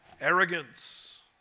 Arrogance